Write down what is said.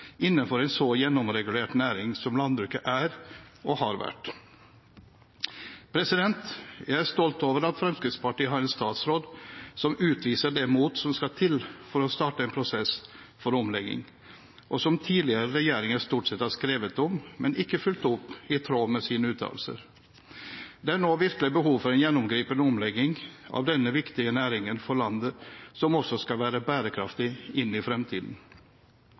innenfor en så gjennomregulert næring som landbruket er og har vært. Jeg er stolt over at Fremskrittspartiet har en statsråd som utviser det mot som skal til for å starte en prosess for omlegging, og som tidligere regjeringer stort sett har skrevet om, men ikke fulgt opp i tråd med sine uttalelser. Det er nå virkelig behov for en gjennomgripende omlegging av denne viktige næringen for landet, som også skal være bærekraftig inn i fremtiden.